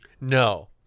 No